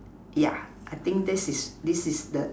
yeah I think this is this is the